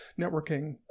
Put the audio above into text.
networking